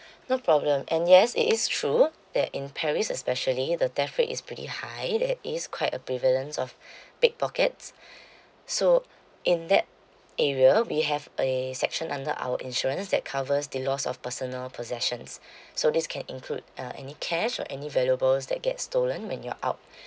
no problem and yes it is true that in paris especially the theft rate is pretty high that is quite a prevalence of pickpockets so in that area we have a section under our insurance that covers the loss of personal possessions so this can include uh any cash or any valuables that get stolen when you're out